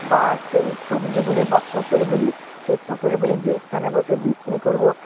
বা সেই সবজিগুলি বা ফসলগুলি সেই ফসলগুলি যেই স্থানে বসে বিক্রি করবো